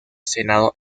senado